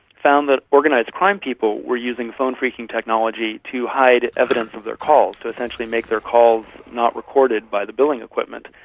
found that organised crime people were using phone phreaking technology to hide evidence of their calls, so essentially make their calls not recorded by the billing equipment.